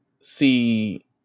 see